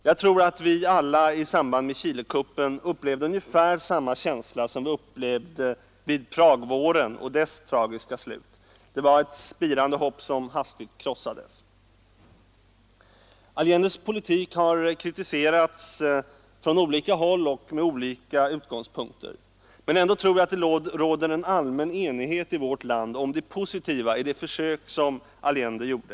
Jag tror att vi alla upplevde Chilekuppen med ungefär samma känsla som vi upplevde Pragvåren och dess tragiska slut. Det var ett spirande hopp som hastigt krossades. Allendes politik har kritiserats från olika håll och med olika utgångspunkter. Men ändå tror jag att det i vårt land råder allmän enighet om det positiva i det försök som Allende gjorde.